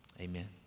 amen